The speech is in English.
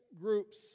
groups